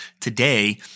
today